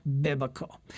biblical